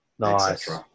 Nice